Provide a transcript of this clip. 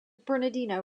bernardino